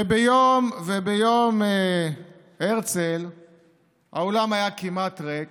וביום הרצל האולם היה כמעט ריק,